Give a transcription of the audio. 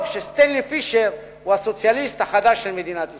טוב שסטנלי פישר הוא הסוציאליסט החדש של מדינת ישראל.